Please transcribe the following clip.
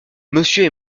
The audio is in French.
monsieur